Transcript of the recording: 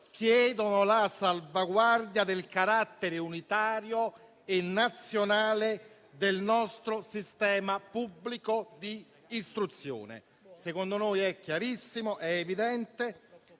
chiedono la salvaguardia del carattere unitario e nazionale del nostro sistema pubblico di istruzione. Secondo noi, è chiarissimo che, se